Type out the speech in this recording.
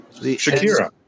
Shakira